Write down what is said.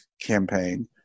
campaign